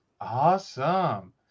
awesome